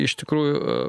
iš tikrųjų